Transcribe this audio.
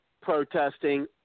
protesting